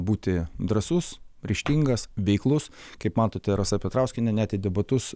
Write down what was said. būti drąsus ryžtingas veiklus kaip matote rasa petrauskienė net į debatus